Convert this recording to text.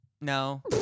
No